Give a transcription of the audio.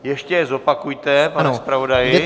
Ještě je zopakujte, pane zpravodaji.